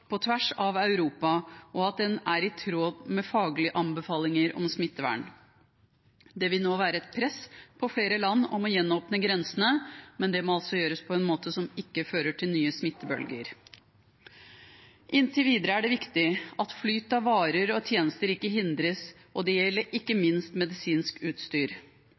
på tvers av Europa, og at den er i tråd med faglige anbefalinger om smittevern. Det vil nå være et press på flere land om å gjenåpne grensene, men det må altså gjøres på en måte som ikke fører til nye smittebølger. Inntil videre er det viktig at flyt av varer og tjenester ikke hindres. Det gjelder ikke minst medisinsk utstyr.